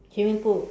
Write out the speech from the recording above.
swimming pool